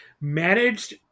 managed